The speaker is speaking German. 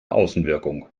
außenwirkung